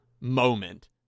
moment